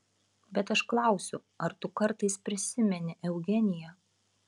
bet aš klausiu ar tu kartais prisimeni eugeniją